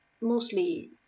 mostly